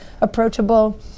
approachable